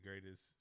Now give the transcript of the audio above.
greatest